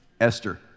Esther